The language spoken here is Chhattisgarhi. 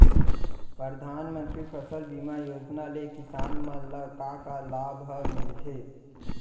परधानमंतरी फसल बीमा योजना ले किसान मन ला का का लाभ ह मिलथे?